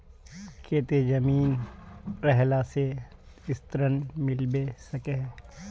केते जमीन रहला से ऋण मिलबे सके है?